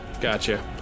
Gotcha